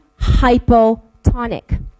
hypotonic